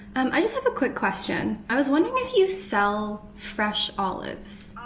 um i just have a quick question. i was wondering if you sell fresh olives.